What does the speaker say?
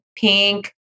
pink